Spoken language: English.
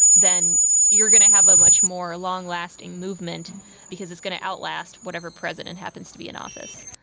then you are going to have a much more long-lasting movement because it's going to outlast whatever president happens to be in office.